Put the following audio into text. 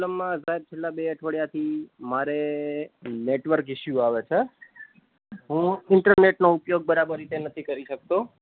પ્રોબ્લેમમાં સાહેબ મારે છેલ્લા બે અઠવાડિયાથી મારે નેટવર્ક ઇસ્યૂ આવે છે હું ઈન્ટરનેટનો ઉપયોગ બરાબર રીતે નથી કરી શકતો